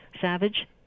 Savage